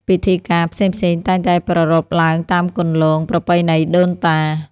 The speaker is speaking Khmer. ពិធីការផ្សេងៗតែងតែប្រារព្ធឡើងតាមគន្លងប្រពៃណីដូនតា។